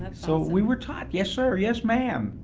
and so we were taught, yes sir, yes ma'am,